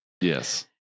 Yes